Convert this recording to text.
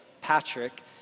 Patrick